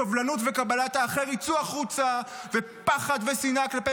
סובלנות וקבלת האחר יצאו החוצה ופחד ושנאה כלפי